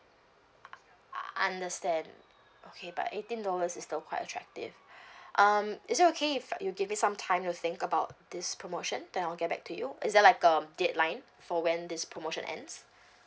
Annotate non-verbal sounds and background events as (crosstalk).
(noise) understand okay but eighteen dollars is still quite attractive (breath) um is it okay if you give me some time to think about this promotion then I'll get back to you is there like um deadline for when this promotion ends